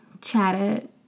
chatted